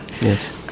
Yes